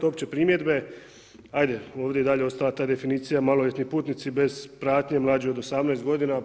Opće primjedbe, ajde ovdje je i dalje ostala ta definicija maloljetni putnici bez pratnje mlađe od 18 godina.